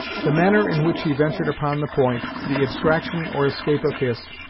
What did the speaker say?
the manner in which he ventured upon the point, the abstraction or escape of hist,